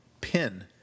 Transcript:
pin